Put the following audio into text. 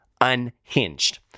unhinged